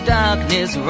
darkness